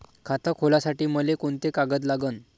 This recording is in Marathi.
खात खोलासाठी मले कोंते कागद लागन?